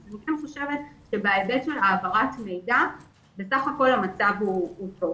אני חושבת שבהיבט של העברת מידע בסך הכול המצב הוא טוב.